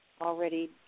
already